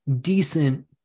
decent